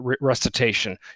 recitation